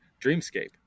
dreamscape